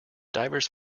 divers